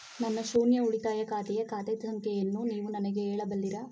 ನನ್ನ ಶೂನ್ಯ ಉಳಿತಾಯ ಖಾತೆಯ ಖಾತೆ ಸಂಖ್ಯೆಯನ್ನು ನೀವು ನನಗೆ ಹೇಳಬಲ್ಲಿರಾ?